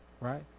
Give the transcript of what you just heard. right